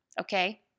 okay